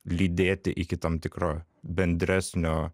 lydėti iki tam tikro bendresnio